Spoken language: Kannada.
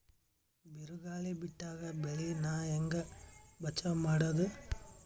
ಬಿರುಗಾಳಿ ಬಿಟ್ಟಾಗ ಬೆಳಿ ನಾ ಹೆಂಗ ಬಚಾವ್ ಮಾಡೊದು?